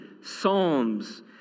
psalms